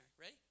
Ready